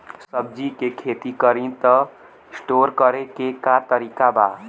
सब्जी के खेती करी त स्टोर करे के का तरीका बा?